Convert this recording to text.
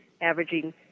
averaging